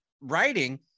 writing